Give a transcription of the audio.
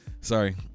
sorry